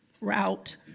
route